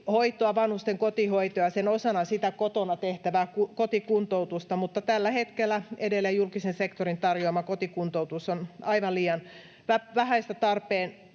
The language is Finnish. vanhusten kotihoitoa ja sen osana sitä kotona tehtävää kotikuntoutusta — tällä hetkellä edelleen julkisen sektorin tarjoama kotikuntoutus on aivan liian vähäistä tarpeeseen